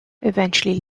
eventually